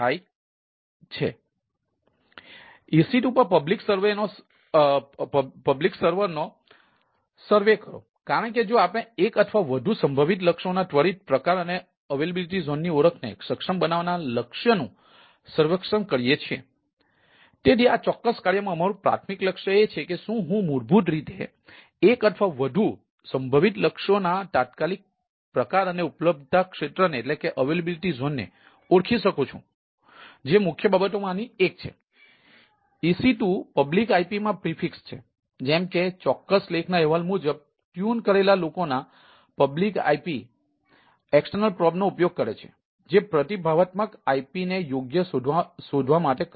તેથી EC2 પર public server કરે છે અને પછી તેઓ જુએ છે કે IP કેવી પ્રતિક્રિયા આપી રહ્યો છે